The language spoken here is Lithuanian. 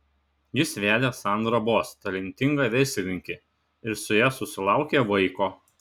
jis vedė sandrą boss talentingą verslininkę ir su ja susilaukė vaiko